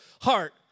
heart